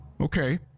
Okay